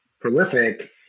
prolific